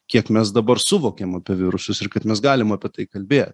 kiek mes dabar suvokėm apie virusus ir kad mes galim apie tai kalbėt